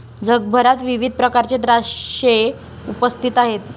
जगभरात विविध प्रकारचे द्राक्षे उपस्थित आहेत